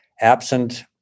absent